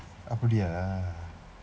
அப்படியா:appadiyaa